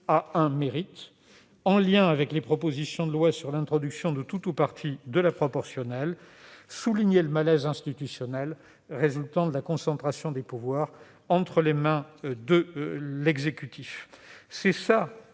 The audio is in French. a un mérite : en lien avec les propositions de loi sur l'introduction de la proportionnelle ou d'une part de proportionnelle, il souligne le malaise institutionnel résultant de la concentration des pouvoirs entre les mains de l'exécutif.